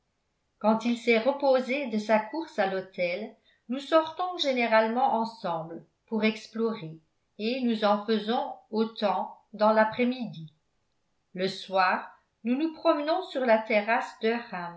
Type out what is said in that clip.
quand il s'est reposé de sa course à l'hôtel nous sortons généralement ensemble pour explorer et nous en faisons autant dans l'après-midi le soir nous nous promenons sur la terrasse